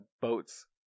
boats